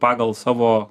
pagal savo